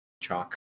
chalk